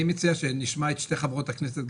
אני מציע שנשמע את שתי חברות הכנסת,